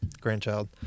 grandchild